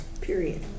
period